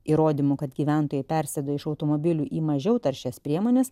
įrodymų kad gyventojai persėdo iš automobilių į mažiau taršias priemones